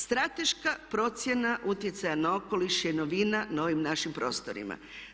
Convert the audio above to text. Strateška procjena utjecaja na okoliš je novina na ovim našim prostorima.